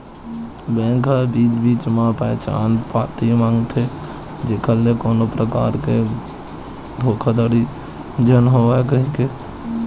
bank ह बीच बीच म पहचान पती मांगथे जेखर ले कोनो परकार के धोखाघड़ी झन होवय कहिके